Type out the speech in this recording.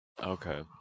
Okay